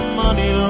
money